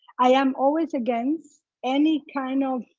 i am always against any kind of